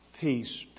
Peace